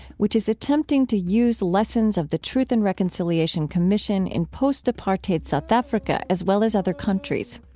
which is attempting to use lessons of the truth and reconciliation commission in post-apartheid south africa, as well as other countries.